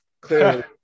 clearly